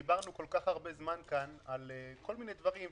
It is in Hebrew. דיברנו כל כך הרבה זמן כאן על כל מיני דברים,